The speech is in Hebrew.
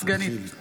(קוראת בשמות חברי הכנסת)